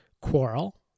Quarrel